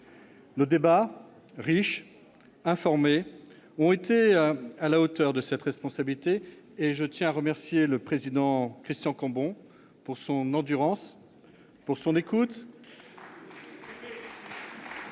Nos débats, riches, informés, ont été à la hauteur de cette responsabilité et je tiens à remercier le président Christian Cambon pour son endurance, son écoute